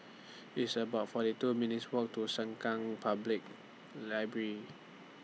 It's about forty two minutes' Walk to Sengkang Public Library